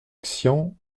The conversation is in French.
xian